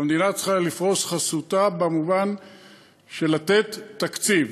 והמדינה צריכה לפרוס חסותה במובן של לתת תקציב,